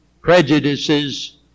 prejudices